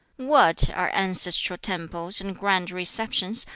what are ancestral temples and grand receptions,